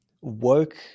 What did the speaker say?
woke